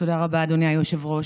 תודה רבה, אדוני היושב-ראש.